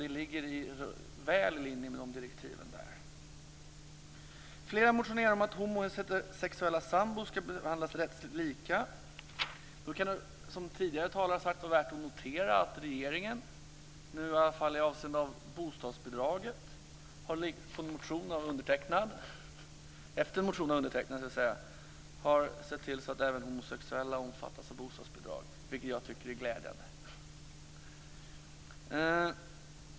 Det ligger väl inom kommitténs direktiv. Flera har motionerat om att homo och heterosexuella sambor skall behandlas rättsligt lika. Det kan då, som tidigare talare har sagt, vara värt att notera att regeringen nu, i alla fall avseende bostadsbidraget, efter en motion av undertecknad har sett till att även homosexuella omfattas av rätten till bostadsbidrag, vilket jag tycker är glädjande.